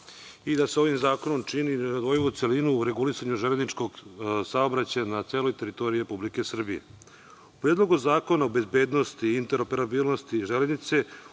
i da sa ovim zakonom čini nerazdvojivu celinu u regulisanju železničkog saobraćaja na celoj teritoriji Republike Srbije.U Predlogu zakona o bezbednost i interoperabilnosti železnice